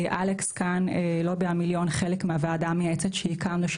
אלקס מלובי המיליון היא חלק מהוועדה המייעצת שהקמנו,